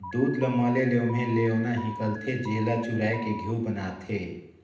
दूद ल मले ले ओम्हे लेवना हिकलथे, जेला चुरायके घींव बनाथे